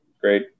great